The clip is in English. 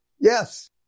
Yes